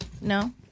No